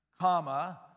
comma